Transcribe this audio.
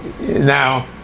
Now